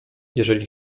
jeżeli